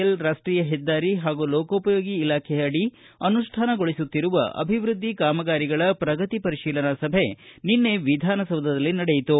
L ರಾಷ್ಟೀಯ ಹೆದ್ದಾರಿ ಹಾಗೂ ಲೋಕೋಪಯೋಗಿ ಇಲಾಖೆ ಅಡಿ ಅನುಷ್ಠಾನಗೊಳಿಸುತ್ತಿರುವ ಅಭಿವೃದ್ದಿ ಕಾಮಗಾರಿಗಳ ಪ್ರಗತಿ ಪರಿಶೀಲನಾ ಸಭೆ ನಿನ್ನೆ ವಿಧಾನಸೌಧದಲ್ಲಿ ನಡೆಯಿತು